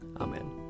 Amen